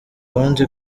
banze